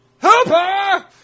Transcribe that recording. Hooper